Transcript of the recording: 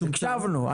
הקשבנו.